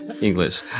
english